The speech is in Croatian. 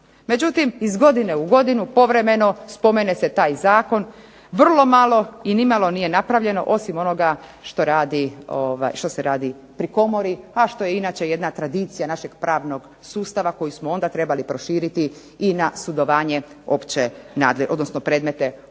Međutim, iz godine u godinu povremeno spomene se taj zakon, vrlo malo i ni malo nije napravljeno osim onoga što se radi pri komori, a što je tradicija našeg pravnog sustava koji smo trebali onda proširiti na sudjelovanje, odnosno predmete opće